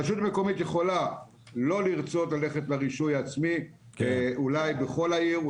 רשות מקומית יכולה לא לרצות ללכת לרישוי העצמי בכל העיר,